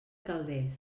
calders